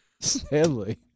Stanley